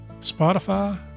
Spotify